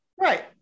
Right